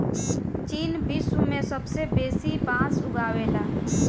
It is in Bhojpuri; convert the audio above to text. चीन विश्व में सबसे बेसी बांस उगावेला